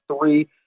three